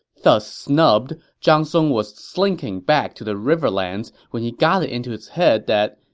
thus snubbed, zhang song was slinking back to the riverlands when he got it into his head that,